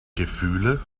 gefühle